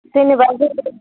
जेनैबा